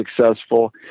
successful